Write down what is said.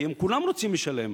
כי כולם רוצים לשלם.